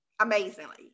Amazingly